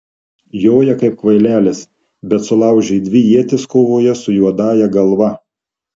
joja kaip kvailelis bet sulaužė dvi ietis kovoje su juodąja galva